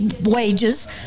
wages